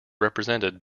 represented